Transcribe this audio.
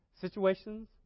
situations